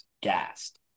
gassed